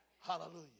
Hallelujah